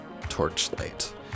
Torchlight